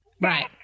Right